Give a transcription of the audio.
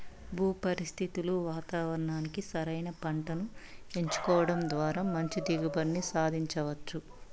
భూ పరిస్థితులు వాతావరణానికి సరైన పంటను ఎంచుకోవడం ద్వారా మంచి దిగుబడిని సాధించవచ్చు